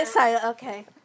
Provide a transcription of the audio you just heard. Okay